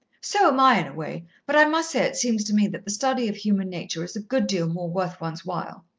so am i, in a way, but i must say it seems to me that the study of human nature is a good deal more worth one's while.